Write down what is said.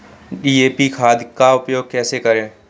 DAP खाद का उपयोग कैसे करें?